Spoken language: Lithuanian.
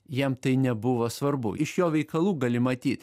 jam tai nebuvo svarbu iš jo veikalų gali matyt